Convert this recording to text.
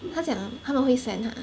他讲他们会 send !huh!